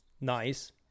Nice